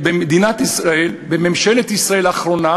במדינת ישראל, בממשלת ישראל האחרונה,